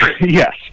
yes